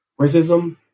racism